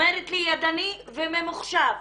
אומרת לי ידני וממוחשב,